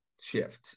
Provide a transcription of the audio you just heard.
shift